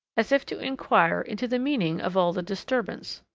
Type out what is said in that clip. as if to inquire into the meaning of all the disturbance.